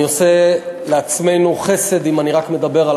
אני עושה לעצמנו חסד אם אני רק מדבר על